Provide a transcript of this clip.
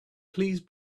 please